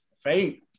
fake